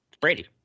Brady